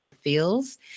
feels